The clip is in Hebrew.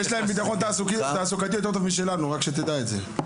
יש להם ביטחון תעסוקתי יותר טוב משלנו רק שתדע את זה,